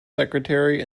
secretary